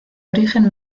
origen